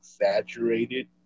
exaggerated